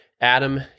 Adam